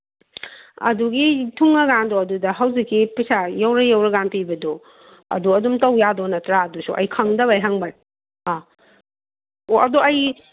ꯑꯗꯨꯒꯤ ꯊꯨꯡꯉꯥ ꯀꯥꯟꯗꯣ ꯑꯗꯨꯗ ꯍꯧꯖꯤꯛꯀꯤ ꯄꯩꯁꯥ ꯌꯧꯔ ꯌꯧꯔ ꯀꯥꯟ ꯄꯤꯕꯗꯣ ꯑꯗꯣ ꯑꯗꯨꯝ ꯇꯧ ꯌꯥꯗꯣꯏ ꯅꯠꯇ꯭ꯔꯥ ꯑꯗꯨꯁꯨ ꯑꯩ ꯈꯪꯗꯕꯩ ꯍꯪꯕ ꯑꯥ ꯍꯣ ꯑꯗꯣ ꯑꯩ